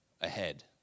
ahead